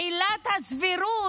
עילת הסבירות